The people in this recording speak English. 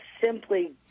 simply